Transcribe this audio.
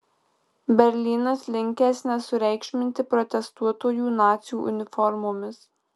berlynas linkęs nesureikšminti protestuotojų nacių uniformomis